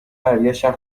برگشتن